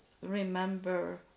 remember